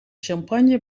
champagne